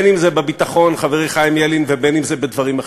או אי-הכרה באופייה של המדינה כיהודית-דמוקרטית.